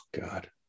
God